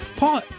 Paul